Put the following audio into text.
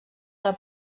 del